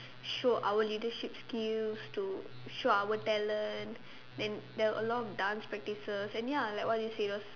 show our leadership skills to show our talent then there were a lot of dance practices and ya like what you say was